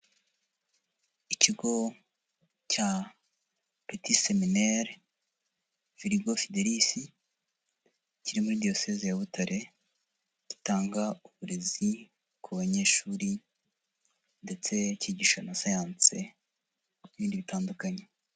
Ikigo cya Petit seminaire firigo Fidelis kiri muri diyoseze ya Butare gitanga uburezi ku banyeshuri ndetse kigisha na siyanse n'ibindi bitandukanye.